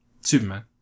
Superman